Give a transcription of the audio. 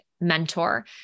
mentor